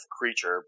creature